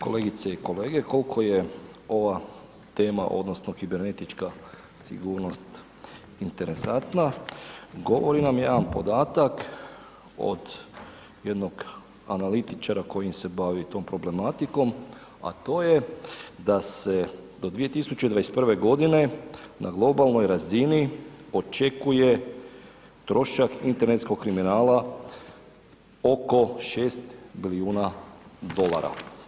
Kolegice i kolege, kolko je ova tema odnosno kibernetička sigurnost interesantna govori nam jedan podatak od jednog analitičara koji se bavi tom problematikom, a to je da se do 2021.g. na globalnoj razini očekuje trošak internetskog kriminala oko 6 bilijuna dolara.